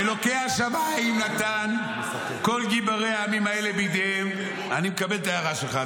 "אלוקי השמיים נתן כל גיבורי העמים האלה בידיהם" אני מקבל את ההערה שלך,